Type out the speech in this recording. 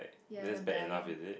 ya and I'm dying